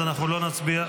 אז אנחנו לא נצביע,